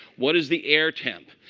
what is the air temp?